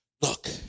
look